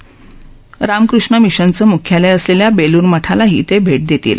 यासह रामकृष्ण मिशनचं मुख्यालय असलेल्या बेलूर मठालाही ते भेट देतील